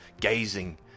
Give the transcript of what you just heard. gazing